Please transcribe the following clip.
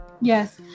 yes